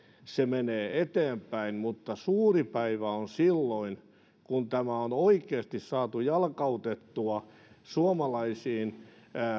se menee eteenpäin mutta suuri päivä on silloin kun tämä on oikeasti saatu jalkautettua suomalaisiin